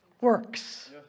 works